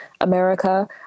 America